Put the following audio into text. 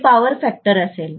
हे power factor असेल